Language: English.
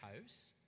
house